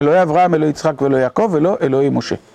אלוהי אברהם, אלוהי יצחק ואלוהי יעקב, ולא אלוהי משה.